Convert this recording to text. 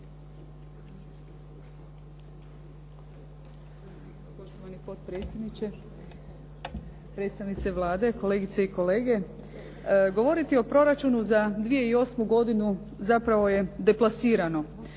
Poštovani potpredsjedniče, predstavnici Vlade, kolegice i kolege. Govoriti o proračunu za 2008. godinu zapravo je deplasirano